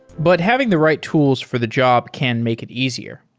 but having the right tools for the job can make it easier.